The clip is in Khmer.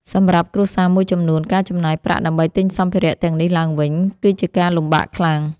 សម្រាប់គ្រួសារមួយចំនួន ការចំណាយប្រាក់ដើម្បីទិញសម្ភារៈទាំងនេះឡើងវិញ គឺជាការលំបាកខ្លាំង។